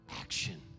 action